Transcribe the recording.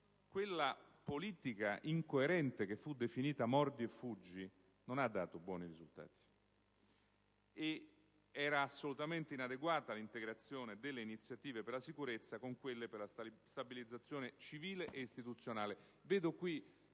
la politica incoerente che va sotto il nome di «mordi e fuggi» non ha dato buoni risultati. Ed era assolutamente inadeguata l'integrazione delle iniziative per la sicurezza con quelle per la stabilizzazione civile e istituzionale.